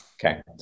Okay